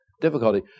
difficulty